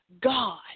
God